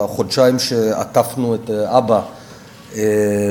בחודשיים שעטפנו את אבא בבית-החולים,